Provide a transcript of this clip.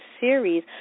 series